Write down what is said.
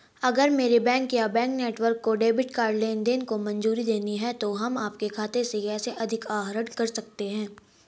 अगर मेरे बैंक या बैंक नेटवर्क को डेबिट कार्ड लेनदेन को मंजूरी देनी है तो हम आपके खाते से कैसे अधिक आहरण कर सकते हैं?